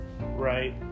Right